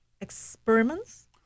experiments